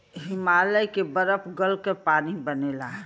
हिमालय के बरफ गल क पानी बनेला